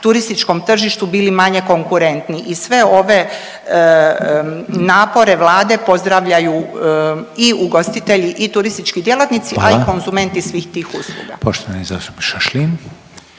turističkom tržištu bili manje konkurentni i sve ove napore Vlade pozdravljaju i ugostitelji i turistički djelatnici…/Upadica Reiner: Hvala/… a i konzumenti svih tih usluga.